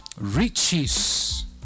riches